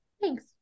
Thanks